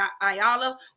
Ayala